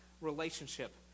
relationship